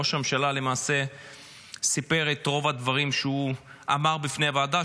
ראש הממשלה למעשה סיפר את רוב הדברים שהוא אמר בפני הוועדה,